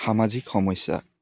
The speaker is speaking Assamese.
সামাজিক সমস্যা